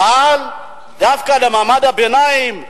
אבל דווקא למעמד הביניים,